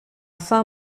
fin